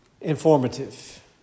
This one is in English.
informative